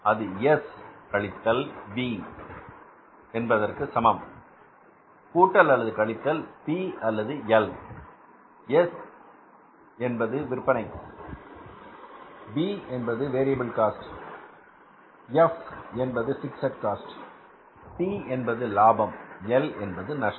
அது எஸ் கழித்தல் வி சமம் கூட்டல்அல்லது கழித்தல் பி அல்லது எல் எஸ் என்றால் என்ன எஸ் என்பது விற்பனை வி என்பது வேரியபில் காஸ்ட் எஃப் என்பது பிக்ஸட் காஸ்ட் பி என்பது லாபம் எல் என்பது நஷ்டம்